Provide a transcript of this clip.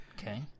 Okay